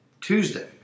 Tuesday